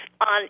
on